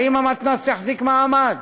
אם המתנ"ס יחזיק מעמד,